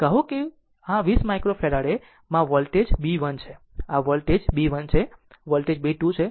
કહો કે આ 20 માઇક્રોફેરાડે માં વોલ્ટેજ બ 1 છે આ વોલ્ટેજ b 1 છે અને આ વોલ્ટેજ b 2 છે